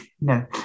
No